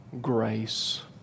grace